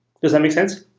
does that make sense?